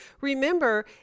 Remember